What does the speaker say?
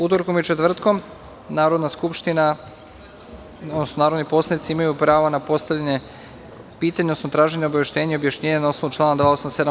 Utorkom i četvrtkom narodni poslanici imaju pravo na postavljanje pitanja, odnosno traženje obaveštenja i objašnjenja na osnovu člana 287.